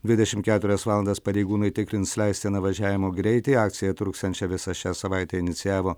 dvidešim keturias valandas pareigūnai tikrins leistiną važiavimo greitį akciją truksiančią visą šią savaitę inicijavo